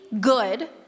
good